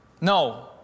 No